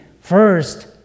first